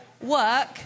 work